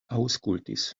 aŭskultis